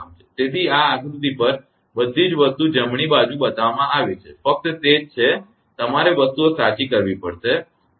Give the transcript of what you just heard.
તેથી આ આકૃતિ પર બધી જ વસ્તુ જમણી બાજુ બતાવવામાં આવી છે ફક્ત તે જ છે કે તમારે વસ્તુઓ સાચી કરવી પડશે